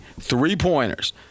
Three-pointers